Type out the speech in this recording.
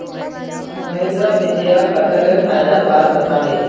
महेंद्र विजयक कठहलेर फायदार बार बताले